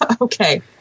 Okay